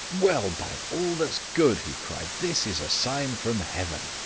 well, by all that's good, he cried. this is a sign from heaven.